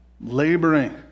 laboring